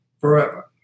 forever